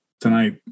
tonight